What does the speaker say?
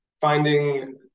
finding